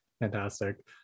Fantastic